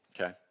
Okay